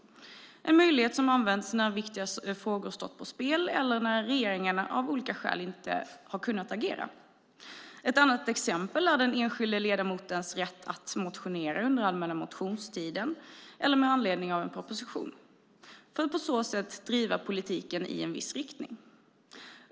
Det är en möjlighet som har använts när viktiga frågor har stått på spel och eller när regeringen av olika skäl inte har kunnat agera. Ett annat exempel är den enskilde ledamotens rätt att motionera under allmänna motionstiden eller med anledning av en proposition, för att på så sätt driva politiken i en viss riktning.